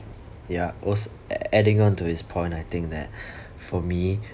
ya was adding onto his point I think that for me